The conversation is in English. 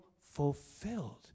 fulfilled